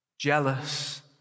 Jealous